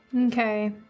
Okay